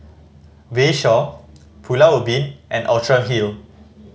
Bayshore Pulau Ubin and Outram Hill